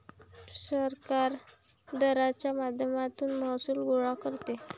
सरकार दराच्या माध्यमातून महसूल गोळा करते